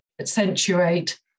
accentuate